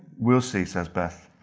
we'll see says beth.